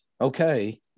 okay